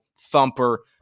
thumper